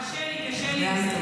קשה לי, קשה לי עם זה.